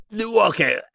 Okay